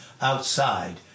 outside